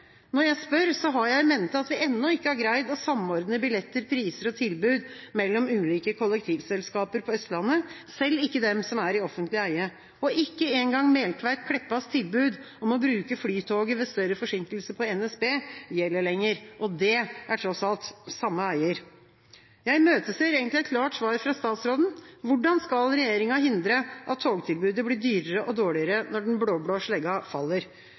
Når jeg spør, har jeg in mente at vi ennå ikke har greid å samordne billetter, priser og tilbud mellom ulike kollektivselskaper på Østlandet, selv ikke dem som er i offentlig eie. Ikke engang Meltveit Kleppas tilbud om å bruke flytoget ved større forsinkelser på NSB gjelder lenger, og det er tross alt samme eier. Jeg imøteser egentlig et klart svar fra statsråden: Hvordan skal regjeringa hindre at togtilbudet blir dyrere og dårligere når den blå-blå slegga faller?